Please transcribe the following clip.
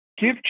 give